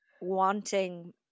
wanting